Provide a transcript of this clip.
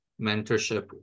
mentorship